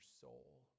soul